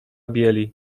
bieli